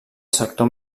sector